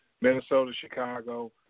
Minnesota-Chicago